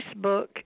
Facebook